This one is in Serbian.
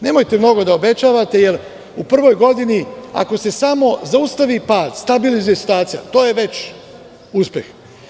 Nemojte mnogo da obećavate jer u prvoj godini, ako se samo zaustavi pad, stabilizuje situacija, to je već uspeh.